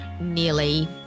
nearly